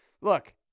Look